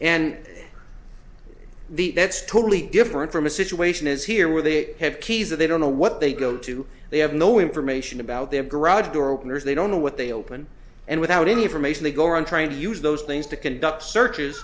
and the that's totally different from a situation is here where they have keys or they don't know what they go to they have no information about their garage door openers they don't know what they open and without any information they go around trying to use those things to conduct searches